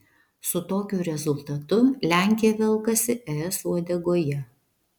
su tokiu rezultatu lenkija velkasi es uodegoje